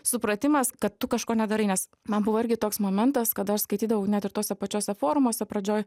supratimas kad tu kažko nedarai nes man buvo irgi toks momentas kada aš skaitydavau net ir tuose pačiuose forumuose pradžioj